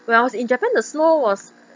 when I was in japan the snow was